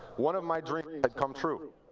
one of my dreams had come true.